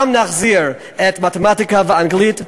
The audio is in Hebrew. גם נחזיר את המתמטיקה והאנגלית,